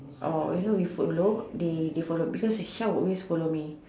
or you know we follow they they follow because Aisha will always follow me